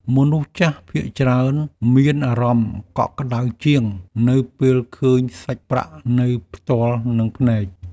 មនុស្សចាស់ភាគច្រើនមានអារម្មណ៍កក់ក្តៅជាង នៅពេលឃើញសាច់ប្រាក់នៅផ្ទាល់នឹងភ្នែក។